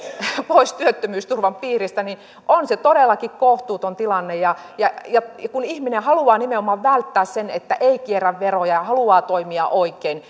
pois työttömyysturvan piiristä on se todellakin kohtuuton tilanne ja ja kun ihminen haluaa nimenomaan välttää sen että ei kierrä veroja ja haluaa toimia oikein